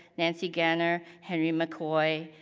nancy ganner, henry mccoy,